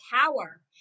power